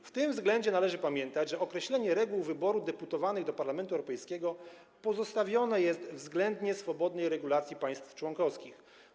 W tym względzie należy pamiętać, że określenie reguł wyboru deputowanych do Parlamentu Europejskiego pozostawione jest względnie swobodnie regulacji państw członkowskich.